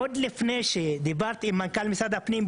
עוד לפני שדיברתי עם מנכ"ל משרד הפנים,